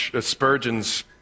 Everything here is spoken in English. Spurgeon's